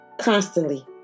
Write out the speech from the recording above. constantly